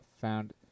found